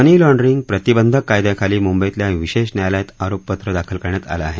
मनी laundering प्रतिबंधक कायद्याखाली मुंबईतल्या विशेष न्यायालयात आरोपपत्र दाखल करण्यात आलं आहे